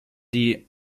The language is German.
die